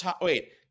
Wait